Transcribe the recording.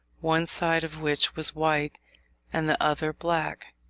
one side of which was white and the other black.